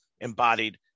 embodied